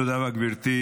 תודה רבה, גברתי.